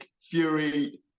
Fury